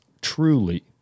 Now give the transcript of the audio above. truly